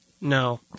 No